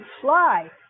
fly